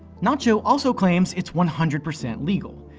nacho also claims it's one hundred percent legal.